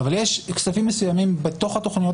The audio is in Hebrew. אבל יש כספים מסוימים בתוך התכניות